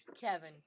Kevin